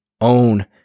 own